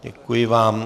Děkuji vám.